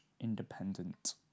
independent